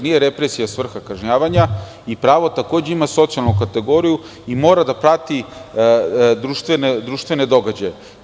Nije represija svrha kažnjavanja i pravo takođe ima socijalnu kategoriju i mora da prati društvene događaje.